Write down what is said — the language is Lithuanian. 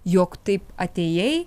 jog taip atėjai